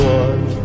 one